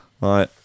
Right